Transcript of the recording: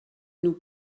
nous